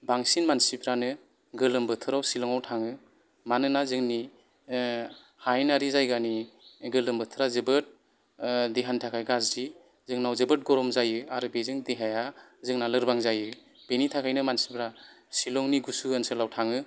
बांसिन मानसिफ्रानो गोलोम बोथोराव शिलङाव थाङो मानोना जोंनि हायेनारि जायगानि गोलोम बोथारा जोबोत देहानि थाखाय गाज्रि जोंनाव जोबदत गरम जायो आरो बेजों देहाया जोंना लोरबां जायो बेनि थाखायनो मानसिफ्रा शिलंनि गुसु ओनसोलाव थाङो